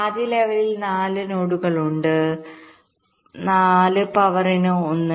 ആദ്യ ലെവലിൽ 4 നോഡുകൾ ഉണ്ട് 4 പവറിന് 1